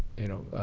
you know,